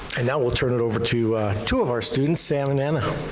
and now we'll turn it over to two of our students, sam and anna.